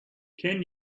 ten